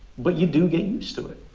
but you do get used to it.